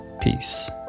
Peace